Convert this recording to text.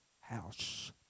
house